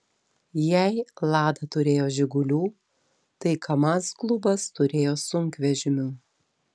jei lada turėjo žigulių tai kamaz klubas turėjo sunkvežimių